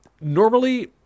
Normally